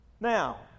Now